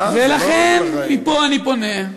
מה, זה לא, ולכן, מפה אני פונה,